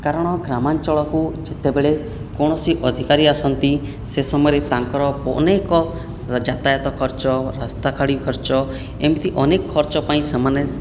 କାରଣ ଗ୍ରାମଞ୍ଚଳକୁ ଯେତେବେଳେ କୌଣସି ଅଧିକାରୀ ଆସନ୍ତି ସେ ସମୟରେ ତାଙ୍କର ଅନେକ ଯାତାୟାତ ଖର୍ଚ୍ଚ ରାସ୍ତାଗାଡ଼ି ଖର୍ଚ୍ଚ ଏମିତି ଅନେକ ଖର୍ଚ୍ଚ ପାଇଁ ସେମାନେ